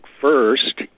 first